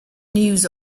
news